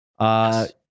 Yes